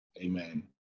amen